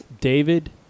David